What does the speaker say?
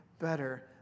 better